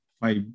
five